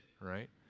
right